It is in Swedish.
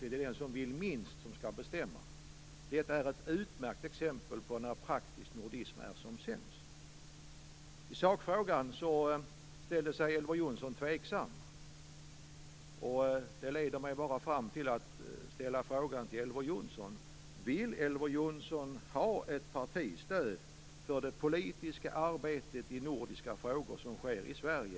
Det är den som vill minst som skall bestämma. Det är ett utmärkt exempel på när praktisk nordism är som sämst. Elver Jonsson ställde sig tveksam i sakfrågan. Det leder mig fram till att ställa frågan: Vill Elver Jonsson ha eller inte ha ett partistöd för det politiska arbetet i nordiska frågor som sker i Sverige?